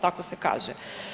Tako se kaže.